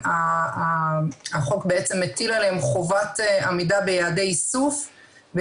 החוק מטיל עליהם חובת עמידה ביעדי איסוף,